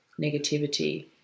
negativity